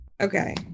Okay